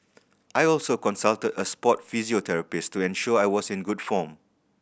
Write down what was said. I also consulted a sport physiotherapist to ensure I was in good form